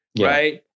right